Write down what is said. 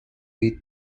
eat